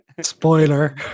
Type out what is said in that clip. Spoiler